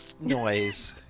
noise